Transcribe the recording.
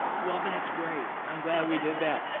well that's great, i'm glad we did that.